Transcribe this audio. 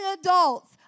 adults